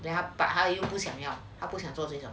but 他 then 他又不想要他不想做最小